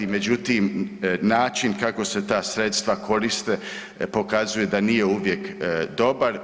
Međutim, način kako se ta sredstva koriste pokazuje da nije uvijek dobar.